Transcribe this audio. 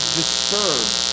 disturbed